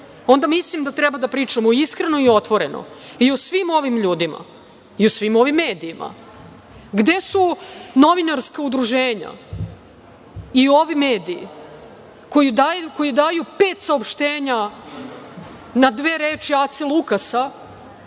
onda mislim da treba da pričamo iskreno i otvoreno i o svim ovim ljudima i o svim ovim medijima. Gde su novinarska udruženja, ovi mediji koji daju pet saopštenja na dve reči Ace Lukasa,